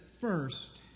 first